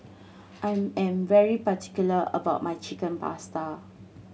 I am very particular about my Chicken Pasta